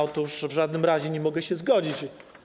Otóż w żadnym razie nie mogę się zgodzić.